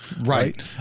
right